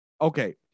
Okay